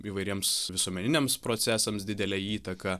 įvairiems visuomeniniams procesams didelę įtaką